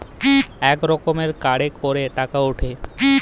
ইক রকমের কাড়ে ক্যইরে টাকা উঠে